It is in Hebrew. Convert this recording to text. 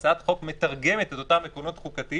אני מתחבר פה לדיון שהיה על האיזונים והפיקוח הפרלמנטרי.